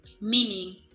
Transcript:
Meaning